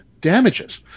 damages